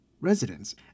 residents